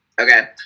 okay